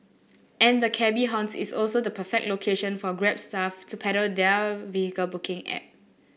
and the cabby haunt is also the perfect location for Grab staff to peddle their vehicle booking app